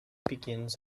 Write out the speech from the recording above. begins